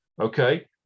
Okay